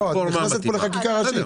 את נכנסת פה לחקיקה ראשית.